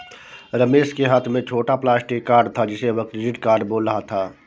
रमेश के हाथ में छोटा प्लास्टिक कार्ड था जिसे वह क्रेडिट कार्ड बोल रहा था